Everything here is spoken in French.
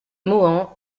mohan